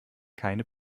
keine